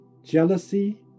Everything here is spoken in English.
Jealousy